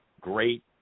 great